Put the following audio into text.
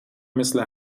مثل